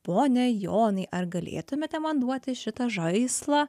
pone jonai ar galėtumėte man duoti šitą žaislą